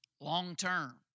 long-term